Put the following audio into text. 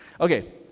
Okay